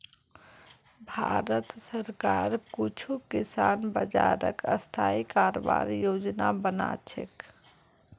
भारत सरकार कुछू किसान बाज़ारक स्थाई करवार योजना बना छेक